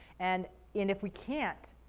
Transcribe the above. and if we can't,